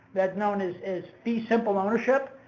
that is known as is fee simple ownership,